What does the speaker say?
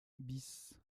bis